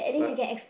but